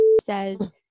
says